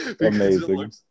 Amazing